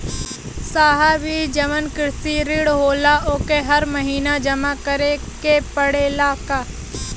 साहब ई जवन कृषि ऋण होला ओके हर महिना जमा करे के पणेला का?